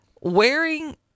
Wearing